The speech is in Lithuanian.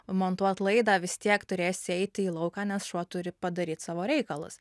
montuot laidą vis tiek turėsi eiti į lauką nes šuo turi padaryt savo reikalus